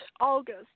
August